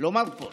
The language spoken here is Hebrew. לא מרפות: